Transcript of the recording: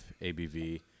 ABV